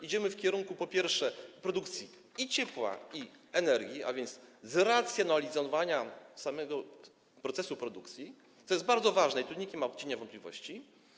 Idziemy w kierunku, po pierwsze, produkcji i ciepła, i energii, a więc zracjonalizowania samego procesu produkcji, co jest bardzo ważne, i tu nikt nie ma cienia wątpliwości.